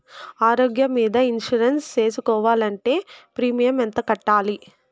ఆరోగ్యం మీద ఇన్సూరెన్సు సేసుకోవాలంటే ప్రీమియం ఎంత కట్టాలి?